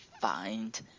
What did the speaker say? find